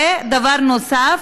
דבר נוסף,